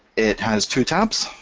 it has two tabs,